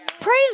Praise